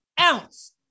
ounce